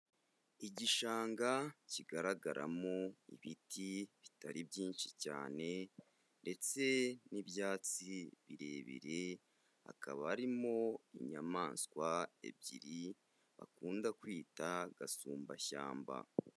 Igishanga kigaragaramo ibiti bitari byinshi cyane ndetse n'ibyatsi birebire, hakaba harimo inyamaswa ebyiri bakunda kwita agasumbashyamba.